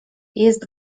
jest